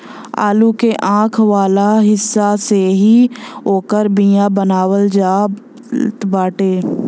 आलू के आंख वाला हिस्सा से ही ओकर बिया बनावल जात बाटे